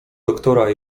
doktora